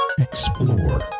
Explore